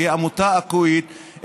שהיא עמותה עכואית,